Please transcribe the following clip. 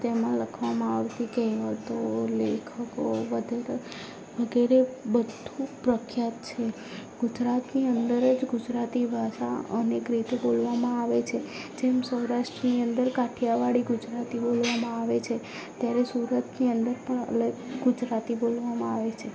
તેમાં લખવામાં આવતી કહેવતો લેખકો બધે વગેરે બધુ પ્રખ્યાત છે ગુજરાતની અંદર જ ગુજરાતી ભાષા અનેક રીતે બોલવામાં આવે છે જેમ સૌરાસ્ટની અંદર કાઠિયાવાડી ગુજરાતી બોલવામાં આવે છે ત્યારે સુરતની અંદર પણ અલગ ગુજરાતી બોલવામાં આવે છે